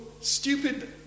stupid